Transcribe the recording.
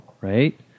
right